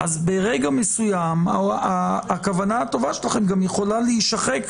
אז ברגע מסוים הכוונה הטובה שלכם גם יכולה להישחק,